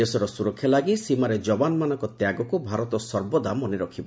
ଦେଶର ସୁରକ୍ଷା ଲାଗି ସୀମାରେ ଯବାନମାନଙ୍କ ତ୍ୟାଗକୁ ଭାରତ ସର୍ବଦା ମନେ ରଖିବ